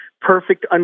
perfect